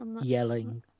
yelling